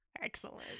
Excellent